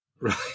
Right